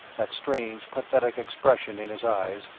that strangely pathetic expression in his eyes,